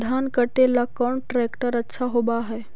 धान कटे ला कौन ट्रैक्टर अच्छा होबा है?